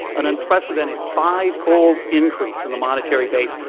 an unprecedented fivefold increase in the monetary base,